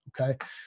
Okay